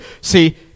See